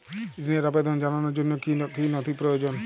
ঋনের আবেদন জানানোর জন্য কী কী নথি প্রয়োজন?